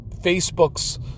Facebook's